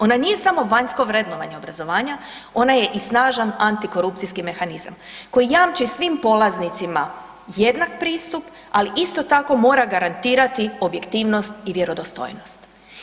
Ona nije samo vanjsko vrednovanje obrazovanja, ona je i snažan antikorupcijski mehanizam koji jamči svim polaznicima jednak pristup, ali isto tako mora garantirati objektivnost i vjerodostojnost.